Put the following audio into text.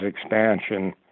expansion